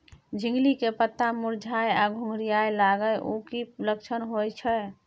झिंगली के पत्ता मुरझाय आ घुघरीया लागल उ कि लक्षण होय छै?